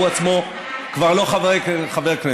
הוא עצמו כבר לא חבר כנסת.